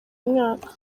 mwaka